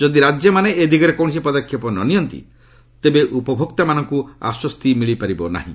ଯଦି ରାଜ୍ୟମାନେ ଏ ଦିଗରେ କୌଣସି ପଦକ୍ଷେପ ନ ନିଅନ୍ତି ତେବେ ଉପଭୋକ୍ତାମାନଙ୍କୁ ଆଶ୍ୱସ୍ତି ମିଳିପାରିବ ନାହିଁ